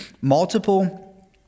multiple